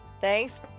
Thanks